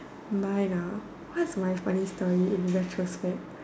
mine ah what's my funny story in retrospect